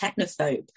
technophobe